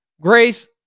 grace